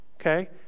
okay